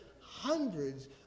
hundreds